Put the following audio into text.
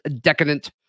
decadent